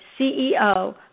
CEO